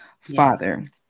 father